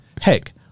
heck